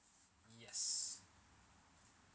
yes